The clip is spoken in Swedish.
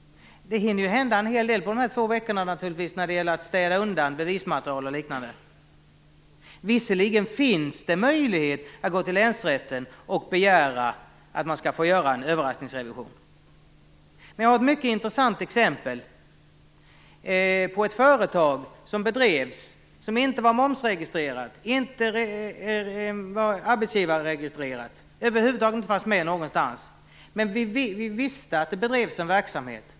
Det hinner naturligtvis hända en hel del på de här två veckorna när det gäller att städa undan bevismaterial och liknande. Visserligen finns det möjlighet att gå till länsrätten och begära att få göra en överraskningsrevision. Men jag har ett mycket intressant exempel. Det gäller ett företag som bedrevs och som inte var momsregistrerat, inte var arbetsgivarregistrerat och över huvud taget inte fanns med någonstans. Vi visste dock att det bedrevs en verksamhet.